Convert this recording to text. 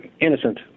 innocent